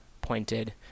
pointed